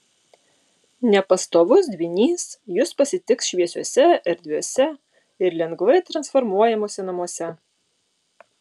nepastovus dvynys jus pasitiks šviesiuose erdviuose ir lengvai transformuojamuose namuose